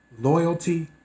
loyalty